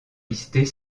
listées